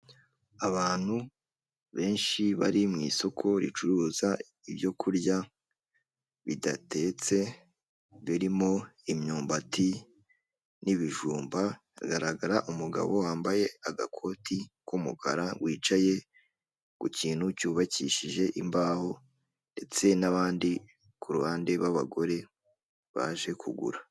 Abantu benshi bari mu isoko ricuruza ibyokurya bidatetse birimo imyumbati n'ibijumba hagaragara umugabo wambaye agakoti k'umukara wicaye ku kintu cyubakishije imbaho ndetse n'abandi ku ruhande rw'abagore baje kugura.